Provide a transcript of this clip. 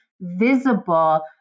visible